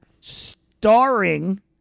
starring